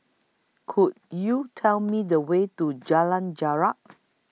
Could YOU Tell Me The Way to Jalan Jarak